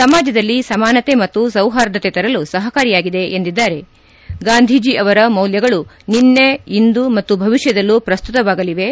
ಸಮಾಜದಲ್ಲಿ ಸಮಾನತೆ ಮತ್ತು ಸೌಪಾರ್ದತೆ ತರಲು ಸಪಕಾರಿಯಾಗಿದೆ ಎಂದಿದ್ದಾರೆಗಾಂಧೀಜಿ ಅವರ ಮೌಲ್ಯಗಳು ನಿನ್ನ ಇಂದು ಮತ್ತು ಭವಿಷ್ಕದಲ್ಲೂ ಪ್ರಸ್ತುತವಾಗಲಿವೆ